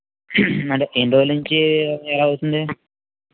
అంటే ఎన్ని రోజుల నుంచి ఇలా అవుతుంది